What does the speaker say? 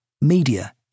Media